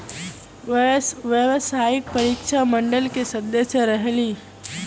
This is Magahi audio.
व्यावसायिक परीक्षा मंडल के सदस्य रहे ली?